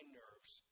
nerves